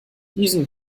diesen